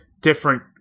different